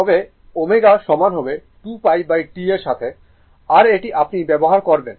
তবে ω সমান হবে 2π T এর সাথে আর এটি আপনি ব্যবহার করবেন